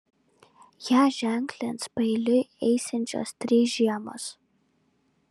ją ženklins paeiliui eisiančios trys žiemos